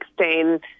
2016